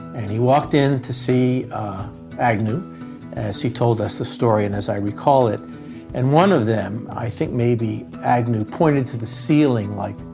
and he walked in to see agnew as he told us the story and as i recall it and one of them, i think maybe agnew, pointed to the ceiling like,